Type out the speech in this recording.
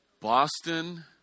Boston